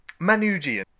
Manugian